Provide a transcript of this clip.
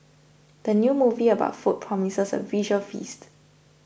the new movie about food promises a visual feast